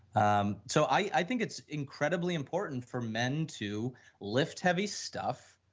um so, i think it's incredibly important for men to lift heavy stuff,